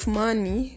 money